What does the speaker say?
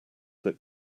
that